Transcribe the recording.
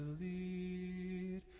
lead